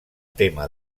tema